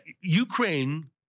Ukraine